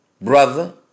Brother